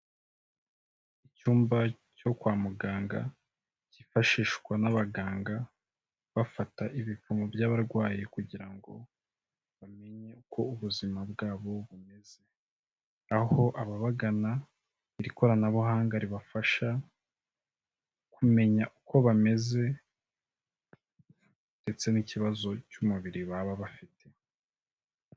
Icyumba cyo kwa muganga cyifashishwa n'abaganga bafata ibipimo by'abarwayi kugira ngo bamenye uko ubuzima bwabo bumeze, aho ababagana iri koranabuhanga ribafasha kumenya uko bameze ndetse n'ikibazo cy'umubiri baba bafite.